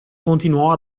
continuò